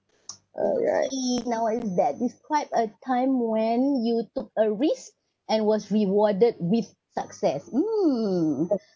now what is that now describe a time when you took a risk and was rewarded with success mm